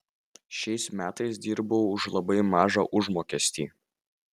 šiais metais dirbau už labai mažą užmokestį